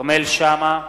כרמל שאמה,